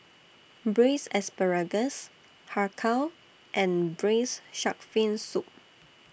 Braised Asparagus Har Kow and Braised Shark Fin Soup